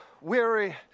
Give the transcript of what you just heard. weary